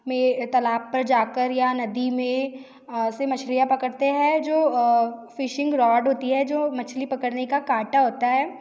में तालाब पर जा कर या नदी में ऐसे मछलियाँ पकड़ते हैं जो फिशिंग रौड होती है जो मछली पकड़ने का काँटा होता है